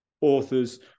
authors